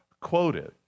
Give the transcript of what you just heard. quoted